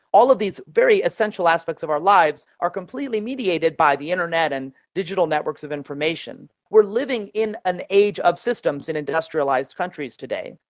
all of these very essential aspects of our lives are completely mediated by the internet and digital networks of information. we're living in an age of systems in industrialised countries today.